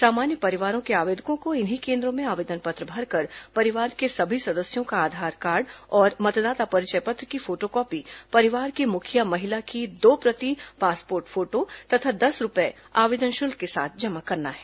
सामान्य परिवारों के आवेदकों को इन्हीं केन्द्रों में आवेदन पत्र भरकर परिवार के सभी सदस्यों का आधार कार्ड औरं मतदाता परिचय पत्र की फोटाकॉपी परिवार की मुखिया महिला की दो प्रति पासपोर्ट फोटो तथा दस रूपए आवेदन शुल्क के साथ जमा करना है